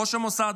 ראש המוסד,